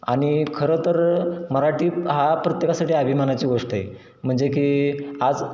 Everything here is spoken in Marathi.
आणि खरंतर मराठी हा प्रत्येकासाठी अभिमानाची गोष्ट आहे म्हणजे की आज